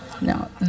No